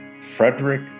Frederick